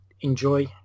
enjoy